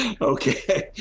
Okay